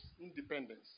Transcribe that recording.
independence